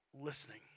listening